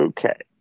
Okay